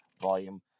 volume